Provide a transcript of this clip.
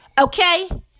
okay